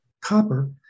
copper